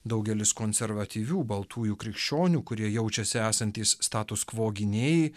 daugelis konservatyvių baltųjų krikščionių kurie jaučiasi esantys status kvo gynėjai